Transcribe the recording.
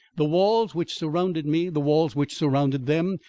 the walls which surrounded me, the walls which surrounded them,